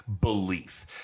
belief